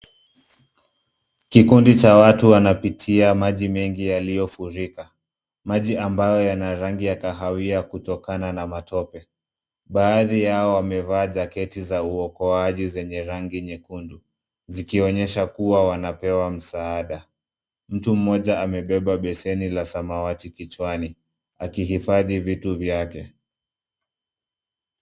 Kikundi cha watu wanapitia maji mengi yaliyofurika. Maji ambayo yana rangi ya kahawia kutokana na matope. Baadhi yao wamevaa jaketi za uokoaji zenye rangi nyekundu zikionyesha kua wanapewa msaada. Mtu moja amebeba beseni la samawati kichwani akihifadhi vitu vyake.